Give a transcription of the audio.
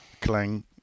Clang